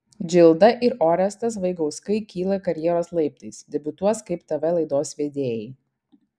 džilda ir orestas vaigauskai kyla karjeros laiptais debiutuos kaip tv laidos vedėjai